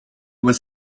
was